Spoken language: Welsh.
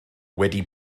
wedi